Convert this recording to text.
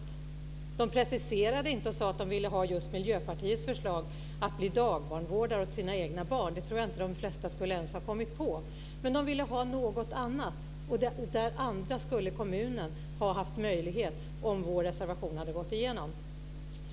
De preciserade inte och sade att de ville ha just Miljöpartiets förslag, att bli dagbarnvårdare åt sina egna barn. Det tror jag inte att de flesta ens skulle ha kommit på. Men de ville ha något annat. Och det andra skulle kommunen ha haft möjlighet att erbjuda om vår reservation hade gått igenom.